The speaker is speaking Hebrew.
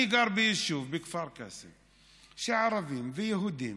אני גר ביישוב, בכפר קאסם, שערבים ויהודים